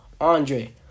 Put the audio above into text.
Andre